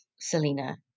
Selena